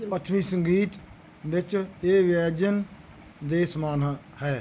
ਪੱਛਮੀ ਸੰਗੀਤ ਵਿੱਚ ਇਹ ਵਿਅੰਜਨ ਦੇ ਸਮਾਨ ਹ ਹੈ